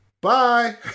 bye